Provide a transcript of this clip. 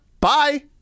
Bye